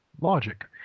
Logic